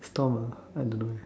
storm I don't know